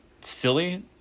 silly